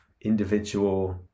individual